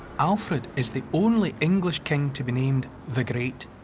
alfred is the only english king to be named the great,